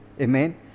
amen